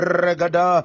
regada